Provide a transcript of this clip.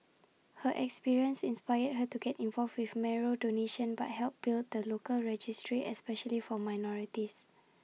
her experience inspired her to get involved with marrow donation by help build the local registry especially for minorities